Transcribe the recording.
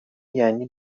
یعنی